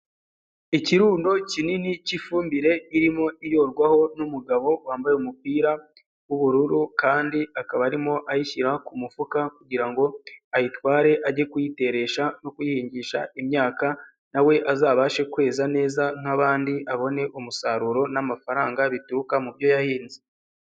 Ikirundo kinini cy'ifumbire irimo iyorwaho n'umugabo wambaye umupira w'ubururu kandi akaba arimo ayishyira ku mufuka kugirango ayitware ajye kuyiteresha no kuyihingisha imyaka nawe azabashe kweza neza nk'abandi abone umusaruro n'amafaranga bituruka mu byo yahinze.